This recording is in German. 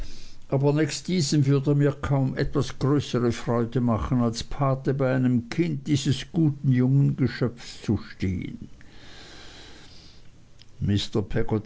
aber nächst diesem würde mir kaum etwas größere freude machen als pate bei einem kind dieses guten jungen geschöpfs zu stehen